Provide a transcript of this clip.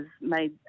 made